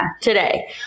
today